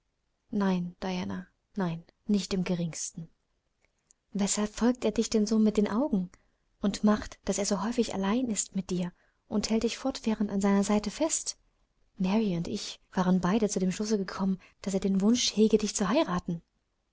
nein diana nein nicht im geringsten weshalb verfolgt er dich denn so mit den augen und macht daß er so häufig allein mit dir ist und hält dich fortwährend an seiner seite fest mary und ich waren beide zu dem schlusse gekommen daß er den wunsch hege dich zu heiraten